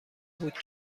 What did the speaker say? بود